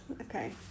Okay